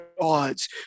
odds